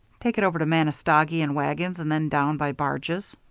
take it over to manistogee in wagons and then down by barges.